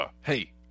Hey